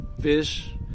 fish